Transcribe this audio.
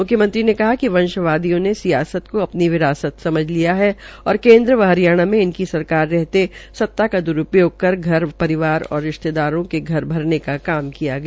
मुख्यमंत्री ने कहा कि वंशवादियों ने सियासत को अपनी विरासत समझ लिया है और केन्द्र व हरियाणा मे इनकी रहते सत्ता का द्रूप्रयोग कर घर पविार और रिश्तेदारो के घर भरने का काम किया गया